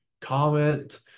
comment